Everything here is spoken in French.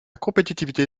compétitivité